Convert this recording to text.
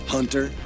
Hunter